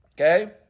Okay